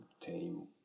team